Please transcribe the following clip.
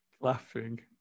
Laughing